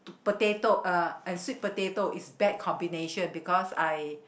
potato uh and sweet potato is bad combination because I